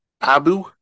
Abu